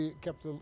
kept